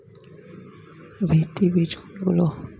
ভিত্তি বীজ কোনগুলি?